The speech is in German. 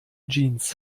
jeans